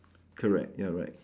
correct ya right